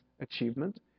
achievement